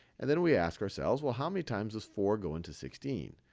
and then we ask ourselves, well, how many times does four go into sixteen?